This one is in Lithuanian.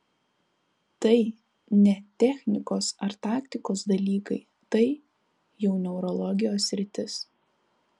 tai ne technikos ar taktikos dalykai tai jau neurologijos sritis